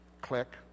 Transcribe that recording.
Click